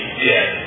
dead